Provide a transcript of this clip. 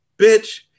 bitch